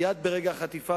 מייד ברגע החטיפה,